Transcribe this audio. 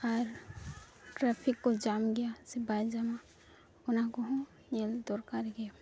ᱟᱨ traffic ᱠᱚ jam ᱜᱮᱭᱟ ᱥᱮ ᱵᱟᱭ ᱡᱟᱢᱟ ᱚᱱᱟ ᱠᱚᱦᱚᱸ ᱧᱮᱞ ᱫᱚᱨᱠᱟᱨᱜᱮ